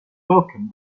welcome